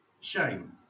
shame